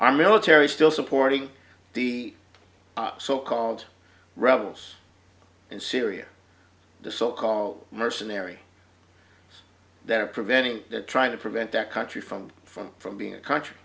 our military still supporting the so called rebels in syria the so called mercenary that are preventing trying to prevent that country from from from being a country